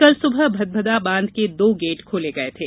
कल सुबह भदभदा बांध के दो गेट खोले गये थे